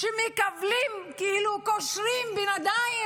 שכובלים כאילו, קושרים בן אדם